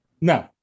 No